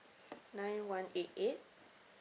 nine one eight eight